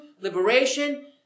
liberation